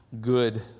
good